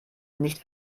nicht